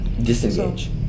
Disengage